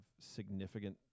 significant